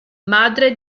madre